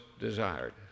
desired